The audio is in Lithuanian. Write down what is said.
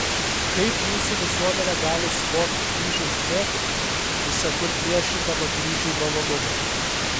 kaip mūsų visuomenė gali suvokti kryžiaus slėpinį visa kur priešindama kryžiui malonumą